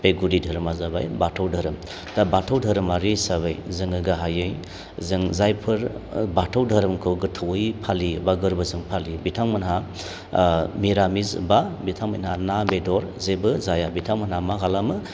बे गुदि धोरोमा जाबाय बाथौ धोरोम दा बाथौ धोरोमारि हिसाबै जोङो गाहायै जों जायफोर बाथौ धोरोमखौ गोथौवै फालियो बा गोरबोजों फालियो बिथांमोनहा ओ मिरामिस बा बिथांमोनहा ना बेदर जेबो जाया बिथांमोनहा मा खालामो